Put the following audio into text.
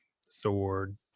sword